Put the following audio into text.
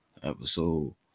Episode